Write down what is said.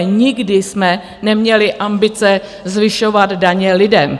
Nikdy jsme neměli ambice zvyšovat daně lidem.